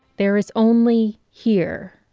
there is only here.